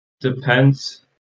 depends